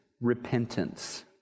Repentance